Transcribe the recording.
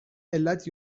علت